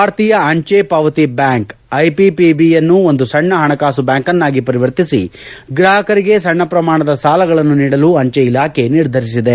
ಭಾರತೀಯ ಅಂಚೆ ಪಾವತಿ ಬ್ಯಾಂಕ್ ಐಪಿಪಿಬಿಯನ್ನು ಒಂದು ಸಣ್ಣ ಹಣಕಾಸು ಬ್ಯಾಂಕನ್ನಾಗಿ ಪರಿವರ್ತಿಸಿ ಗ್ರಾಹಕರಿಗೆ ಸಣ್ಣ ಪ್ರಮಾಣದ ಸಾಲಗಳನ್ನು ನೀಡಲು ಅಂಚೆ ಇಲಾಖೆ ನಿರ್ಧರಿಸಿದೆ